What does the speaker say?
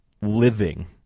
living